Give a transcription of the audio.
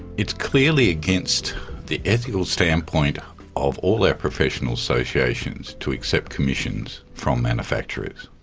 it's clearly against the ethical standpoint of all our professional associations to accept commissions from manufacturers.